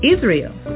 Israel